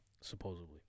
supposedly